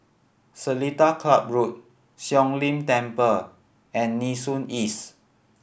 Seletar Club Road Siong Lim Temple and Nee Soon East